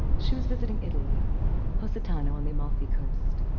she was visiting italy positano on the amalfi coast.